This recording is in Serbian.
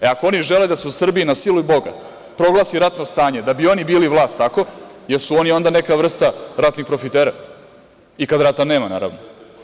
E, ako oni žele da se u Srbiji na sili Boga proglasi ratno stanje da bi oni bili vlast tako, jesu oni onda neka vrsta ratnih profitera i kad rata nema, naravno?